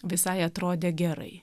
visai atrodė gerai